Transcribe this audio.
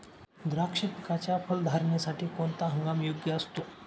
द्राक्ष पिकाच्या फलधारणेसाठी कोणता हंगाम योग्य असतो?